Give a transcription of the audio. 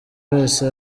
wese